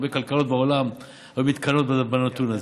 הרבה כלכלות בעולם היו מתקנאות בנתון הזה.